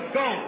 go